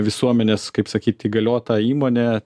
visuomenės kaip sakyt įgaliota įmonė